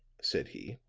said he,